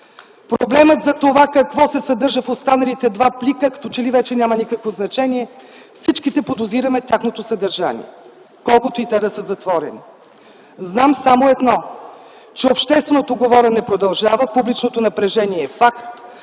Проблемът за това какво се съдържа в останалите два плика като че ли вече няма никакво значение. Всичките подозираме тяхното съдържание, колкото и те да са затворени. Знам само едно, че общественото говорене продължава, публичното напрежение е факт.